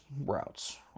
routes